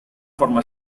forma